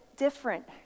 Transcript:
Different